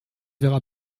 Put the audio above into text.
verra